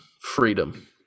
freedom